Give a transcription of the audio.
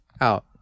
out